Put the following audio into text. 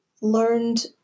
learned